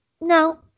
no